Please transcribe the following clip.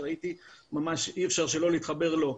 אי אפשר שלא להתחבר אליו,